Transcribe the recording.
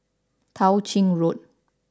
Tao Ching Road